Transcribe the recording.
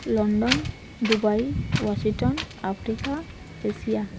London Dubai Washington Africa Asia